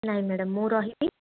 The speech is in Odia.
ନାଇଁ ମ୍ୟାଡ଼ାମ୍ ମୁଁ ରହିବି